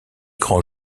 grands